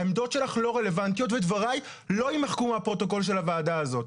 העמדות שלך לא רלוונטיות ודבריי לא יימחקו מהפרוטוקול של הוועדה הזאת.